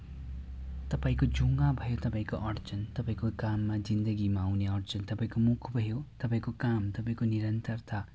तपाईँको जुङ्गा भयो तपाईँको अड्चन तपाईँको काममा जिन्दगीमा आउने अड्चन तपाईँको मुख भयो तपाईँको काम तपाईँको निरन्तरता